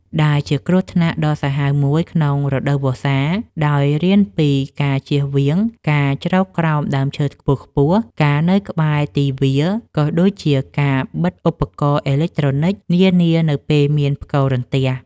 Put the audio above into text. ដែលជាគ្រោះថ្នាក់ដ៏សាហាវមួយក្នុងរដូវវស្សា ដោយរៀនពីការចៀសវាងការជ្រកក្រោមដើមឈើខ្ពស់ៗ ការនៅក្បែរទីវាល ក៏ដូចជាការបិទឧបករណ៍អេឡិចត្រូនិចនានានៅពេលមានផ្គររន្ទះ។